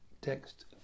text